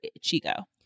Chico